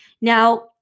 Now